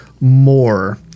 more